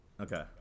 Okay